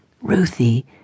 Ruthie